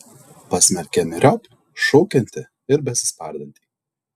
pasmerkė myriop šaukiantį ir besispardantį